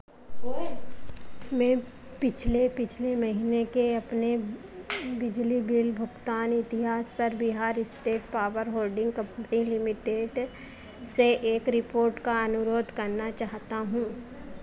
मैं पिछले पिछले महीने के अपने बिजली बिल भुगतान इतिहास पर Bihar state power holding company limited से एक रिपोर्ट का अनुरोध करना चाहता हूँ